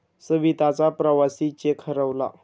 सविताचा प्रवासी चेक हरवला